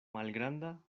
malgranda